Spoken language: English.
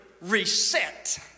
reset